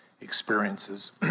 experiences